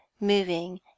moving